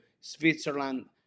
Switzerland